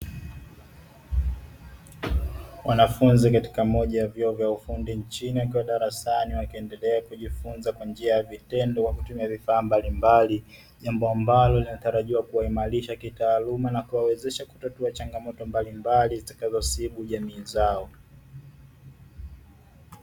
Wanafunzi katika moja ya vyuo vya ufundi nchini wakiwa darasani wakiendelea kujifunza kwa njia ya vitendo kwa kutumia vifaa mbalimbali jambo ambalo linatarajia kuwaimarisha kitaaluma na kuwawezesha kutatua changamoto mbalimbali zitakazosibu jamii zao.